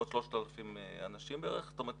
עוד 3,000 אנשים בערך, זאת אומרת